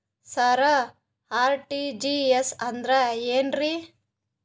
ಸರ RTGS ಅಂದ್ರ ಏನ್ರೀ?